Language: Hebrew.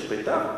שיר בית"ר?